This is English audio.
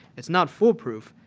it is not foolproof,